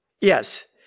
Yes